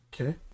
okay